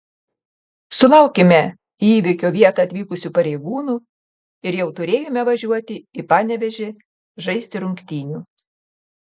sulaukėme į įvykio vietą atvykusių pareigūnų ir jau turėjome važiuoti į panevėžį žaisti rungtynių